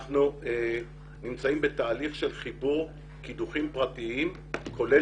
אנחנו נמצאים בתהליך של חיבור קידוחים פרטיים כולל